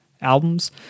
albums